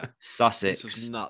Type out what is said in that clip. Sussex